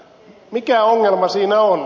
mikä ongelma siinä on